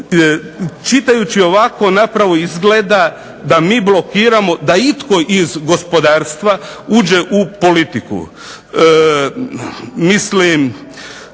Čitajući ovako zapravo izgleda da mi blokiramo da itko iz gospodarstva uđe u politiku.